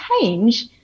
change